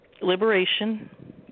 liberation